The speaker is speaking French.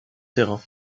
terrain